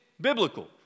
biblical